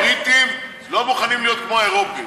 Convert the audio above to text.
הבריטים לא מוכנים להיות כמו האירופים,